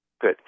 Good